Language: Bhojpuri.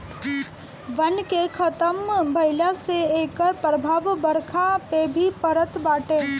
वन के खतम भइला से एकर प्रभाव बरखा पे भी पड़त बाटे